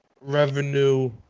revenue